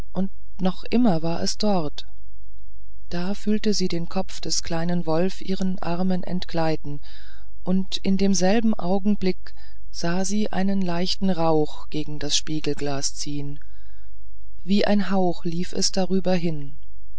noch immer war es dort da fühlte sie den kopf des kleinen wolf ihren armen entgleiten und in demselben augenblicke sah sie einen leichten rauch gegen das spiegelglas ziehen wie ein hauch lief es darüber hin